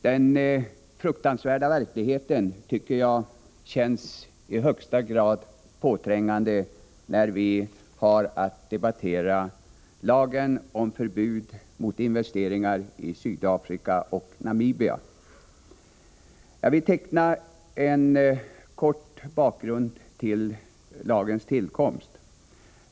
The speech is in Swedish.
Denna fruktansvärda verklighet känns i högsta grad påträngande när vi har att debattera lagen om förbud mot investeringar i Sydafrika och Namibia. Jag vill teckna en kort bakgrund till lagens tillkomst.